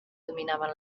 dominaven